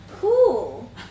Cool